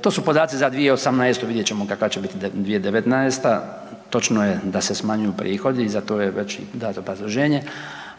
To su podaci za 2018., vidjet ćemo kakva će biti 2019. Točno je da se smanjuju prihodi, za to je već dato obrazloženje.